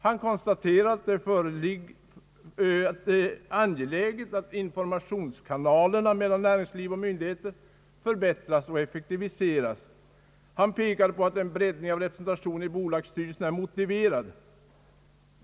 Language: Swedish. Han konstaterar att det är angeläget att informationskanalerna mellan näringsliv och myndigheter förbättras och effektiviseras. Han pekade på att en breddning av representationen i bolagsstyrelserna är motiverad.